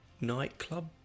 nightclub